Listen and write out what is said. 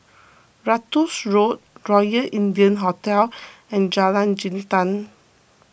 Ratus Road Royal India Hotel and Jalan Jintan